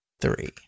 three